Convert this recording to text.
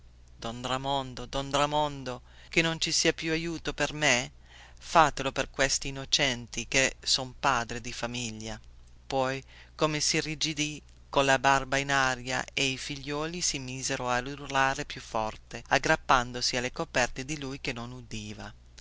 don ramondo don ramondo che non ci sia più aiuto per me fatelo per questi innocenti chè son padre di famiglia poi come sirrigidì colla barba in aria e i figliuoli si misero ad urlare più forte aggrappandosi alle coperte di lui che non udiva